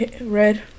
red